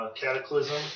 Cataclysm